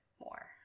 more